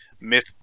Myth